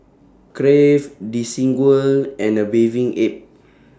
Crave Desigual and A Bathing Ape